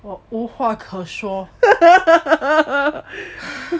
无话可说